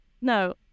no